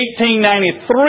1893